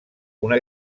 una